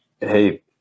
Hey